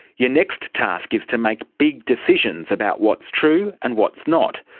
your next task is to make big decisions about what's true and what's not.